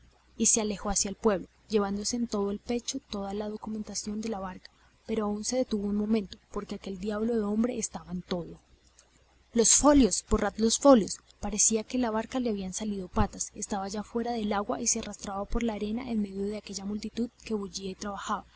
y se alejó hacia el pueblo llevándose en el pecho toda la documentación de la barca pero aún se detuvo un momento porque aquel diablo de hombre estaba en todo los folios borrad los folios parecía que a la barca le habían salido patas estaba ya fuera del agua y se arrastraba por la arena en medio de aquella multitud que bullía y trabajaba